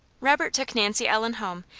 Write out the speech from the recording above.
robert took nancy ellen home,